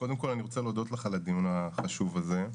להודות לך על הדיון החשוב הזה.